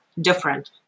Different